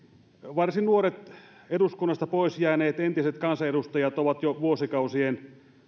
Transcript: varsin nuoret eduskunnasta poisjääneet entiset kansanedustajat ovat jo vuosikausien